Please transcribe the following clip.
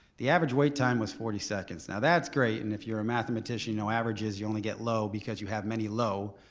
the average wait time was forty seconds. now that's great and if you're a mathematician you know averages you only get low because you have many low.